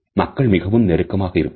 மக்கள் மிகவும் நெருக்கமாக இருப்பது